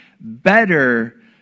better